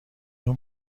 اون